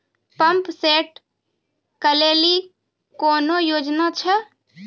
Pump set केलेली कोनो योजना छ?